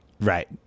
Right